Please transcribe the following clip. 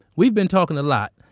we've been talking a lot,